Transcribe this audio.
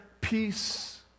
peace